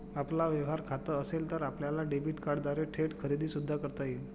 आपलं व्यवहार खातं असेल तर आपल्याला डेबिट कार्डद्वारे थेट खरेदी सुद्धा करता येईल